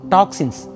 Toxins